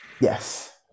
Yes